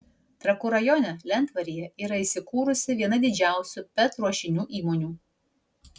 trakų rajone lentvaryje yra įsikūrusi viena didžiausių pet ruošinių įmonių